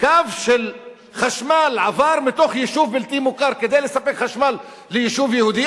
כשקו של חשמל עבר בתוך יישוב בלתי מוכר כדי לספק חשמל ליישוב יהודי,